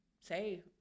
say